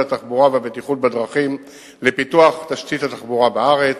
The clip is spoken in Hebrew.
התחבורה והבטיחות בדרכים לפיתוח תשתית התחבורה בארץ.